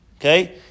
okay